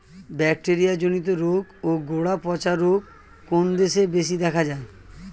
Bacteria জনিত রোগ ও গোড়া পচা রোগ কোন দেশে বেশি দেখা যায়?